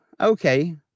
okay